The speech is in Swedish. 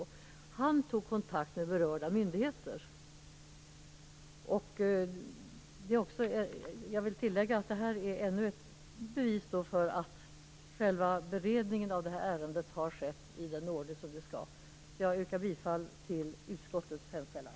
Leif Gidlöv tog kontakt med berörda myndigheter. Detta är ännu ett bevis för att beredningen av ärendet har skett i den ordning som det skall. Jag yrkar på godkännande av utskottets anmälan.